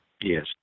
Yes